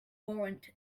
warrant